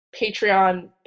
Patreon